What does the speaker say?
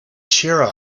cheer